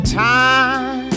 time